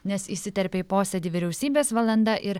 nes įsiterpė į posėdį vyriausybės valanda ir